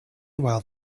while